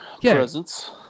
presence